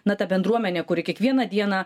na ta bendruomenė kuri kiekvieną dieną